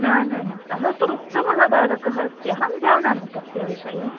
न न न सः उत्तमः बालकः अस्ति अहं जानामि तस्य विषये